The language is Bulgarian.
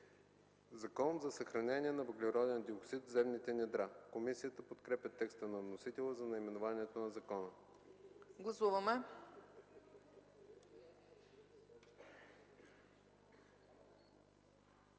„Закон за съхранение на въглероден диоксид в земните недра”. Комисията подкрепя текста на вносителя за наименованието на закона.